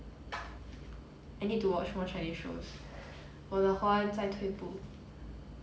I need to watch more chinese shows 我的华文在退步